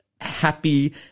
happy